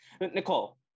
Nicole